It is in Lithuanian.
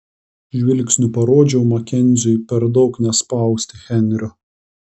žvilgsniu parodžiau makenziui per daug nespausti henrio